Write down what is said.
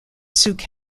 sioux